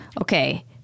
okay